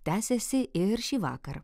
tęsiasi ir šįvakar